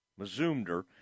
Mazumder